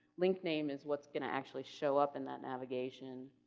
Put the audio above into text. link name is what's going to actually show up in that navigation